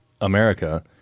america